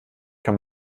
kann